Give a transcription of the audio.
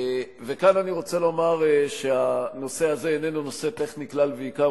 כאן אני רוצה לומר שהנושא הזה איננו נושא טכני כלל ועיקר,